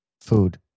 Food